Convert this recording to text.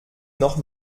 noch